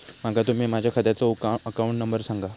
माका तुम्ही माझ्या खात्याचो अकाउंट नंबर सांगा?